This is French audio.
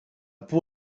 peau